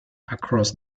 across